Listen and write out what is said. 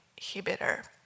inhibitor